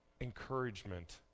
encouragement